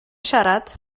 siarad